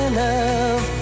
love